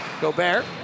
Gobert